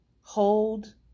hold